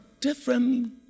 different